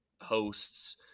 hosts